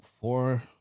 four